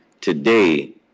today